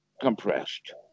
compressed